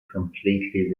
completely